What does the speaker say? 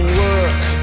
work